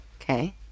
Okay